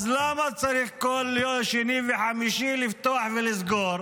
אז למה צריך כל יום שני וחמישי לפתוח ולסגור?